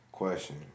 Question